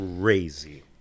crazy